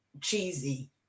cheesy